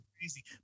crazy